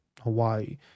hawaii